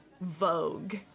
Vogue